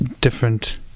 different